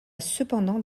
cependant